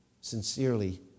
Sincerely